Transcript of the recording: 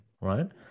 right